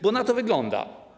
Bo na to wygląda.